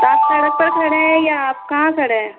तो आप सड़क पर खड़े हैं या आप कहाँ खड़े हैं